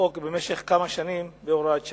חוק במשך כמה שנים בהוראת שעה.